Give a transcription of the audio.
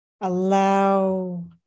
allow